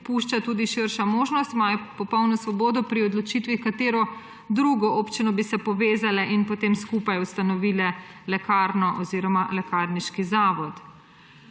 pušča tudi širša možnost, imajo popolno svobodo pri odločitvi, s katero drugo občino bi se povezale in potem skupaj ustanovile lekarno oziroma lekarniški zavod.